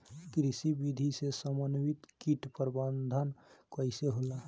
कृषि विधि से समन्वित कीट प्रबंधन कइसे होला?